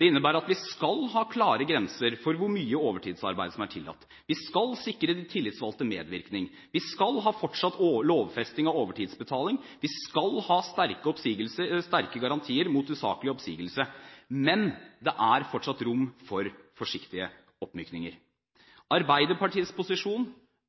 Det innebærer at vi skal ha klare grenser for hvor mye overtidsarbeid som er tillatt. Vi skal sikre de tillitsvalgte medvirkning. Vi skal ha fortsatt lovfesting av overtidsbetaling. Vi skal ha sterke garantier mot usaklig oppsigelse. Men det er fortsatt rom for forsiktige oppmykninger. Arbeiderpartiets posisjon